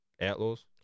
Outlaws